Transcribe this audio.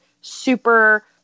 super